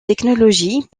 technologies